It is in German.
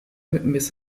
mit